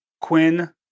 Quinn